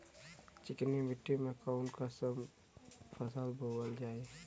चिकनी मिट्टी में कऊन कसमक फसल बोवल जाई?